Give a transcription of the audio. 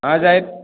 હા સાહેબ